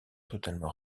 totalement